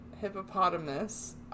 hippopotamus